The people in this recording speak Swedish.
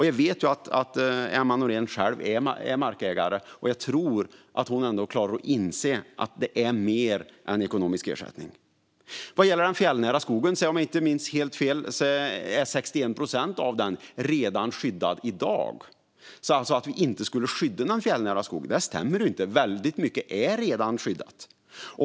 Jag vet att Emma Nohrén själv är markägare, och jag tror att hon ändå klarar att inse att det handlar om mer än ekonomisk ersättning. Om jag inte minns helt fel är 61 procent av den fjällnära skogen redan skyddad i dag. Att vi inte skulle skydda någon fjällnära skog stämmer inte. Väldigt mycket är redan skyddat.